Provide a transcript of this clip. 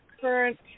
current